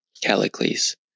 Callicles